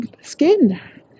skin